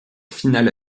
finale